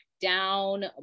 down